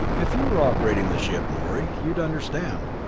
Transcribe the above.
if you were operating the ship, morey, you'd understand.